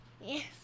Yes